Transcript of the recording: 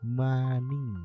money